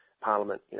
Parliament